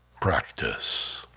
practice